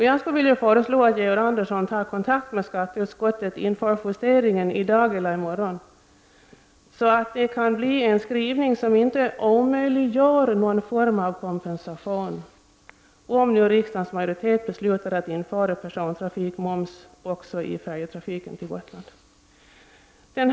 Jag skulle vilja föreslå att Georg Andersson i dag eller i morgon tar kontakt med skatteutskottet inför justeringen av betänkandet, så att skrivningen inte omöjliggör någon form av kompensation, om riksdagens majoritet beslutar att införa persontrafikmoms även i fråga om färjetrafiken till och från Gotland.